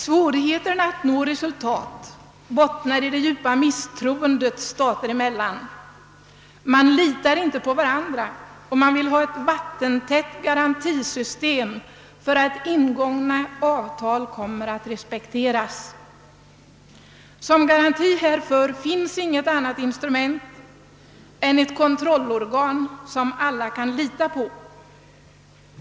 Svårigheterna att nå resultat bottnar i det djupa misstroendet staterna emellan. De litar inte på varandra, och de vill ha ett vattentätt system av garantier för att ingångna avtal kommer att respekteras. Härför finns inte något annat instrument än ett kontrollorgan som alla kan lita på.